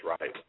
right